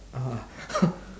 ah